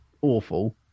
awful